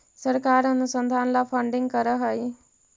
सरकार अनुसंधान ला फंडिंग करअ हई